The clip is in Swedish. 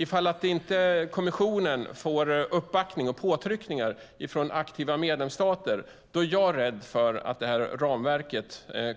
Ifall kommissionen inte får uppbackning och påtryckningar från aktiva medlemsstater är jag dock rädd att detta ramverk